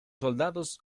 soldados